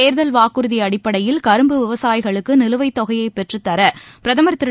தேர்தல் வாக்குறுதி அடிப்படையில் கரும்பு விவசாயிகளுக்கு நிலுவைத் தொகையை பெற்றுத்தர பிரதமர் திரு